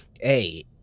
Hey